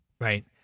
Right